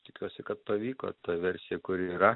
tikiuosi kad pavyko ta versija kuri yra